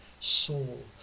soul